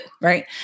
right